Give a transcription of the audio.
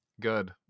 Good